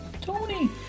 Tony